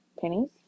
pennies